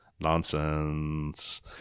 Nonsense